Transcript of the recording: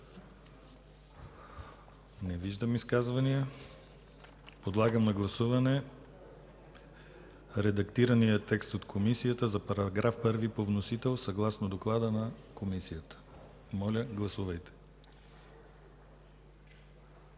Не виждам изказвания. Подлагам на гласуване редактирания текст от Комисията за § 1 по вносител, съгласно доклада на Комисията. Гласували